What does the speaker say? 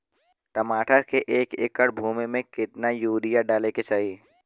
टमाटर के एक एकड़ भूमि मे कितना यूरिया डाले के चाही?